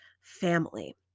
family